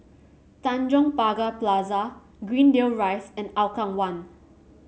Tanjong Pagar Plaza Greendale Rise and Hougang One